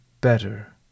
better